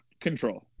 Control